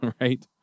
right